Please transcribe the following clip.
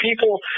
people